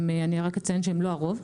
אני רק אציין שהם לא הרוב,